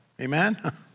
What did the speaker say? Amen